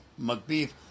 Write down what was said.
McBeef